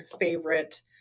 favorite